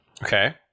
Okay